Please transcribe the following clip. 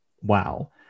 wow